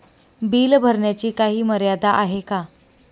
Bill भरण्याची काही मर्यादा आहे का?